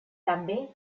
també